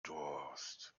durst